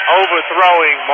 overthrowing